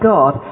God